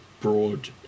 broad